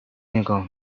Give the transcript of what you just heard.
نگاه